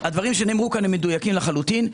הדברים שנאמרו כאן מדויקים לחלוטין.